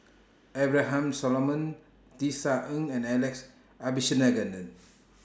Abraham Solomon Tisa Ng and Alex Abisheganaden